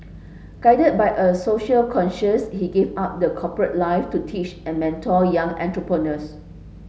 guided by a social conscience he gave up the corporate life to teach and mentor young entrepreneurs